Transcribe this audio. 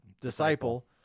Disciple